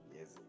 Yes